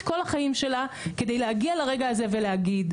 כל החיים שלה כדי להגיע לרגע הזה ולהגיד,